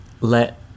let